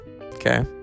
Okay